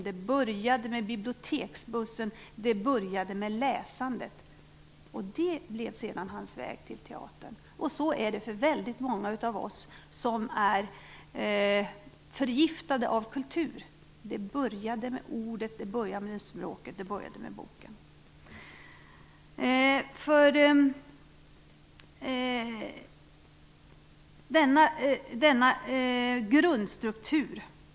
Det började med biblioteksbussen. Det började med läsandet. Det blev sedan hans väg till teatern, och så är det för väldigt många av oss som är "förgiftade" av kultur. Det började med ordet. Det började med språket. Det började med boken.